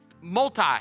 multi